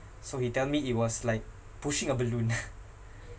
so he tell me it was like pushing a balloon ah